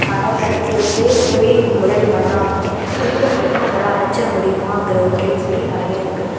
பணம் எல்லாத்தையும் கொடுத்து புதிய முதலீடு பண்ணிணாலுமே திருப்பி அந்த ரிட்டன் நம்மளால அடைச்சிற முடியுமாங்கிற ஒரு கேள்விக்குறி நிறையா இருக்குது